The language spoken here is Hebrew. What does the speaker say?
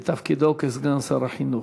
אנחנו מאחלים הרבה הצלחה בתפקידו כסגן שר החינוך.